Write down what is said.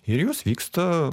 ir jos vyksta